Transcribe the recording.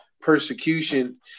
persecution